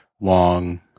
long